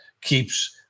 keeps